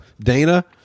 Dana